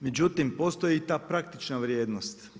Međutim postoji i ta praktična vrijednost.